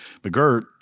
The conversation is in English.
McGirt